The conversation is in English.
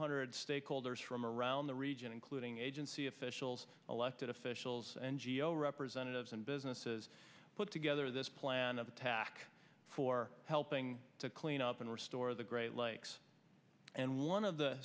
hundred stakeholders from around the region including agency officials elected officials and geo representatives and businesses put together this plan of attack for helping to clean up and restore the great lakes and one of the